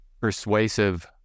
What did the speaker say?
persuasive